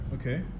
Okay